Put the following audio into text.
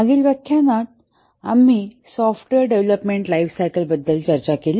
मागील व्याख्यानात आम्ही सॉफ्टवेअर डेव्हलपमेंट लाइफसायकल बद्दल चर्चा केली